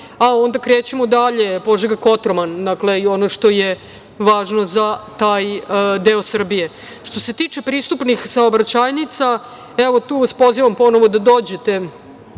onda krećemo dalje Požega-Kontroman, ono što je važno za taj deo Srbije. Što se tiče pristupnih saobraćajnica. Tu vas pozivam ponovo da dođete,